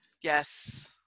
Yes